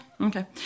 Okay